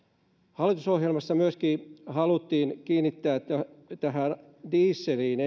hallitusohjelmassa myöskin haluttiin kiinnittää huomiota ennen kaikkea tähän dieseliin